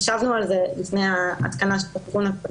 חשבנו על זה עוד לפני התיקון הקודם.